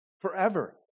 Forever